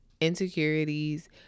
insecurities